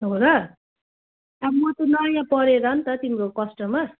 हो र अब म त नयाँ परेन नि त तिम्रो कस्टमर